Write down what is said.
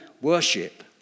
worship